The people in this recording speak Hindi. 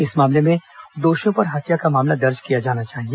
इस मामले में दोषियों पर हत्या का मामला दर्ज किया जाना चाहिए